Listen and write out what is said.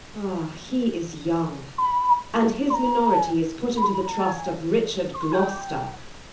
ah, he is young and his minority is put unto the trust of richard gloster,